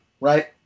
right